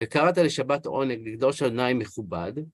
וקראת לשבת עונג לקדוש אדוני מכובד.